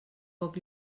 poc